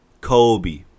Kobe